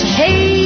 hey